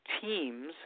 teams